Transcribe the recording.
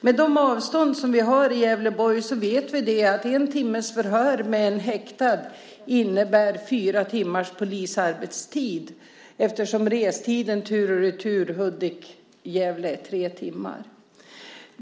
Med de avstånd som vi har i Gävleborg vet vi att en timmes förhör med en häktad innebär fyra timmars polisarbetstid, eftersom restiden tur och retur Hudiksvall-Gävle är tre timmar.